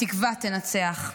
התקווה תנצח.